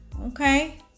okay